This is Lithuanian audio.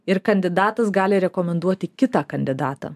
ir kandidatas gali rekomenduoti kitą kandidatą